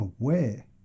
aware